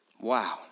wow